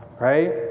right